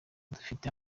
dufite